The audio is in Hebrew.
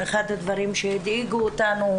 אחד הדברים שהדאיגו אותנו,